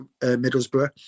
Middlesbrough